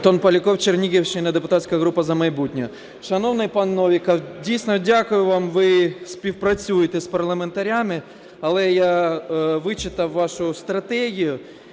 Антон Поляков, Чернігівщина, депутатська група "За майбутнє". Шановний пан Новіков, дійсно, дякую вам, ви співпрацюєте з парламентарями. Але я вичитав вашу стратегію